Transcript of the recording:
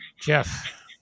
Jeff